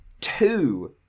two